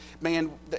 man